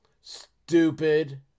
Stupid